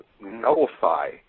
nullify